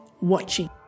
watching